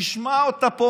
תשמע אותה פה,